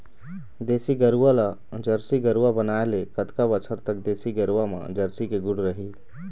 देसी गरवा ला जरसी गरवा बनाए ले कतका बछर तक देसी गरवा मा जरसी के गुण रही?